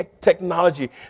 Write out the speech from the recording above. technology